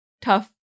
tough